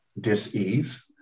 dis-ease